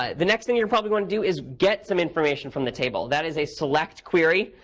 ah the next thing you're probably going to do is get some information from the table. that is a select query.